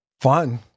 fun